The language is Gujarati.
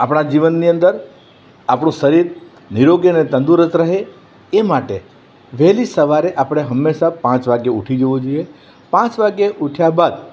આપણા જીવનની અંદર આપણું શરીર નિરોગી ને તંદુરસ્ત રહે એ માટે વહેલી સવારે આપણે હંમેશાં પાંચ વાગે ઉઠી જવું જોઈએ પાંચ વાગે ઉઠ્યા બાદ